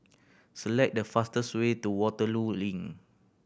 select the fastest way to Waterloo Link